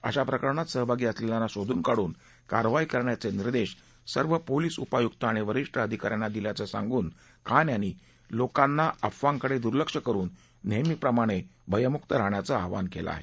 अशा प्रकरणात सहभागी असलेल्यांना शोधून काढून कारवाई करण्याचे निर्देश सर्व पोलिस उपायुक्त आणि वरीष्ठ अधिका यांना दिल्याचं सांगून खान यांनी लोकांना अफवांकडे दुर्लक्ष करुन नेहमीप्रमाणे भयमुक्त रहाण्याचं आवाहन केलं आहे